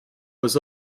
was